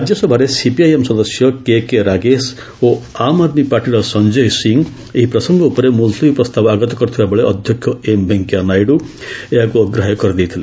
ରାଜ୍ୟସଭାରେ ସିପିଆଇଏମ୍ ସଦସ୍ୟ କେକେ ରାଗେଶ୍ ଓ ଆମ୍ ଆଦ୍ମୀ ପାର୍ଟିର ସଞ୍ଜୟ ସିଂହ ଏହି ପ୍ରସଙ୍ଗ ଉପରେ ମୁଲତବୀ ପ୍ରସ୍ତାବ ଆଗତ କରିଥିବାବେଳେ ଅଧ୍ୟକ୍ଷ ଏମ୍ ଭେଙ୍କିୟା ନାଇଡୁ ଏହାକୁ ଅଗ୍ରାହ୍ୟ କରିଦେଇଥିଲେ